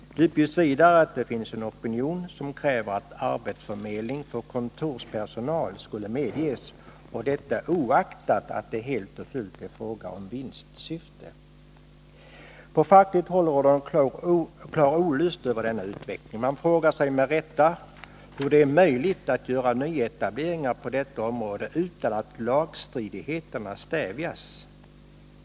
Det uppges vidare att det finns en opinion som kräver att arbetsförmedling för kontorspersonal skall medges, och detta oaktat att det helt och fullt är fråga om vinstsyfte. På fackligt håll råder en klar olust över denna utveckling. Man frågar sig med rätta hur det är möjligt att göra nyetableringar på detta område utan att lagstridigheterna stävjas.